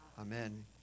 Amen